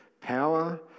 power